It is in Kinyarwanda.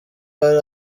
hari